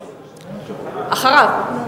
אחריו.